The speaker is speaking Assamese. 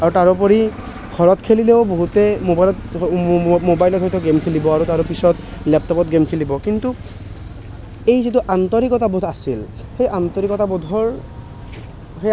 আৰু তাৰোপৰি ঘৰত খেলিলেও বহুতে মোবাইলতে মোবাইলৰ ভিতৰত গেম খেলিব আৰু তাৰপিছত লেপটপত গেম খেলিব কিন্তু এই যিটো আন্তৰিকতাবোধ আছিল সেই আন্তৰিকতাবোধৰ